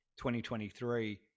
2023